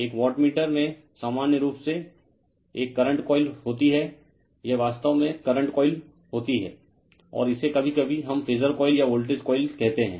एक वाटमीटर में सामान्य रूप से एक करंट कॉइल होती है यह वास्तव में करंट कॉइल होती है और इसे कभी कभी हम फेजर कॉइल या वोल्टेज कॉइल कहते हैं